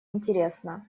интересна